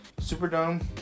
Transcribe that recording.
Superdome